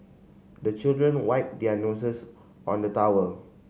the children wipe their noses on the towel